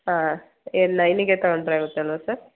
ಹಾಂ ಏನು ನೈನಿಗೆ ತಗೊಂಡರೆ ಆಗುತ್ತಲ್ವ ಸರ್